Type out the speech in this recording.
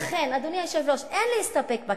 לכן, אדוני היושב-ראש, אין להסתפק בקנס,